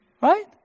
Right